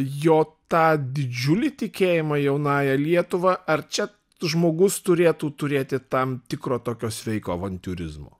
jo tą didžiulį tikėjimą jaunąja lietuva ar čia žmogus turėtų turėti tam tikro tokio sveiko avantiūrizmo